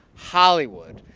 hollywood.